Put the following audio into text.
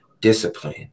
discipline